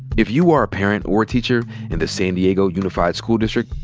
if you are a parent or a teacher in the san diego unified school district,